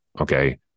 okay